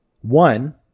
One